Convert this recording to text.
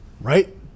right